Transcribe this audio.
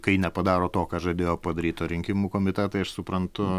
kai nepadaro to ką žadėjo padaryt o rinkimų komitetai aš suprantu